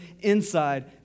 inside